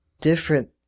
different